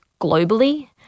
globally